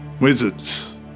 Wizards